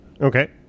Okay